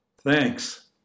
Thanks